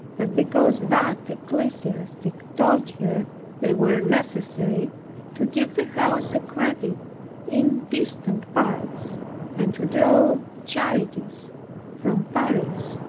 but because that ecclesiastic told her they were necessary to give the house a credit in distant parts and to draw charities from paris.